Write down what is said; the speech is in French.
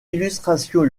illustrations